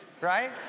right